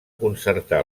concertar